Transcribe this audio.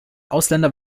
ausländer